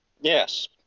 Yes